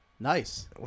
Nice